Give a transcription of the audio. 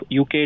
UK